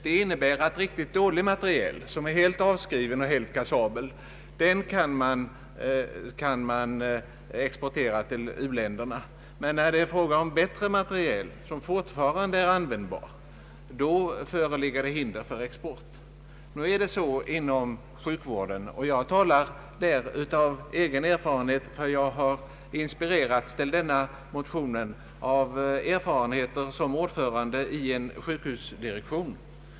Det innebär att riktigt dålig materiel, som är helt avskriven och kassabel, kan överlåtas till ett u-land, men när det är fråga om bättre materiel, som fortfarande är användbar, då föreligger hinder för sådan överlåtelse. Många gånger är det fullt användbar, värdefull materiel som kan bli övertalig. Jag talar här av egen erfarenhet, för jag har inspirerats till denna motion av erfarenheter som ordförande i en sjukhusdirektion.